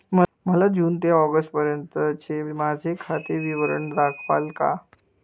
मला जून ते ऑगस्टपर्यंतचे माझे खाते विवरण दाखवाल का?